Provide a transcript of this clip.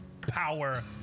power